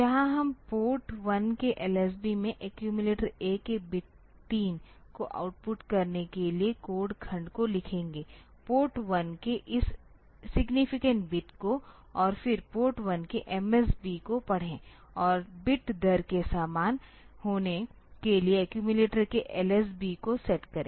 जहां हम पोर्ट 1 के LSB में एक्यूमिलेटर A के बिट 3 को आउटपुट करने के लिए कोड खंड को लिखेंगे पोर्ट 1 के इस सिग्नीफिकेंट बिट को और फिर पोर्ट 1 के MSB को पढ़ें और बिट दर के समान होने के लिए एक्यूमिलेटर के LSB को सेट करें